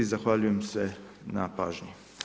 Zahvaljujem se na pažnji.